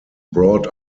brought